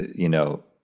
you know,